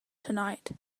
tonight